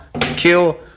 kill